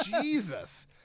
Jesus